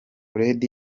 fred